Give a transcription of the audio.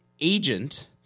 agent